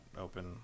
open